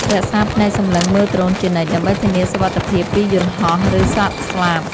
រក្សាភ្នែកសម្លឹងមើលដ្រូនជានិច្ច ដើម្បីធានាសុវត្ថិភាពពីយន្តហោះ ឬសត្វស្លាប។